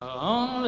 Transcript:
on